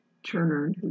Turner